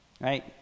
Right